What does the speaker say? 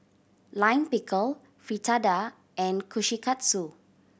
Lime Pickle Fritada and Kushikatsu